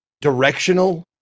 directional